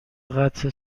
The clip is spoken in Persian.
قطع